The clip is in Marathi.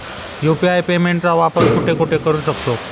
यु.पी.आय पेमेंटचा वापर कुठे कुठे करू शकतो?